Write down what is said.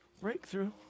breakthrough